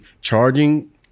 charging